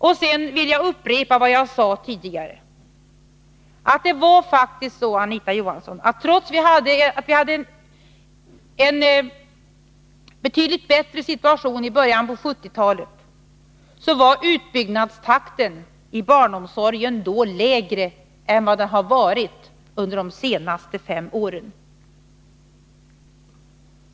Jag vill sedan upprepa vad jag tidigare sade: Det var faktiskt så, Anita Johansson, att trots att det rådde en betydligt bättre situation i början av 1970-talet var utbyggnadstakten i barnomsorgen då lägre än vad den har varit under de senaste fem åren.